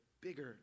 bigger